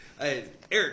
Eric